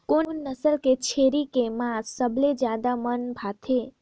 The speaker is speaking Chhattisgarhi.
कोन नस्ल के छेरी के मांस सबले ज्यादा मन भाथे?